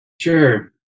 Sure